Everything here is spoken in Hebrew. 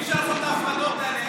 אי-אפשר לעשות את ההפרדות האלה.